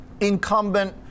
incumbent